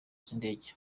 z’indege